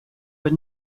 were